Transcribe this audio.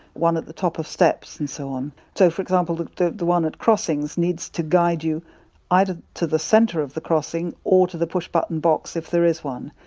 one at the top of steps and so on. so, for example, the the one at crossings needs to guide you either to the centre of the crossing or to the push button box, if there is one.